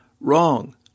Wrong